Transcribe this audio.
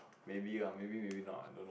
maybe ah maybe maybe not I don't know